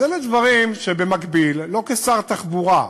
אז אלה דברים שבמקביל, לא כשר תחבורה,